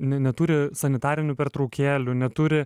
ne neturi sanitarinių pertraukėlių neturi